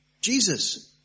Jesus